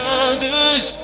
others